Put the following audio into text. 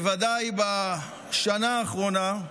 בוודאי בשנה האחרונה,